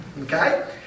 Okay